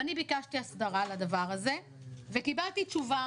אני ביקשתי הסדרה לדבר הזה וקיבלתי תשובה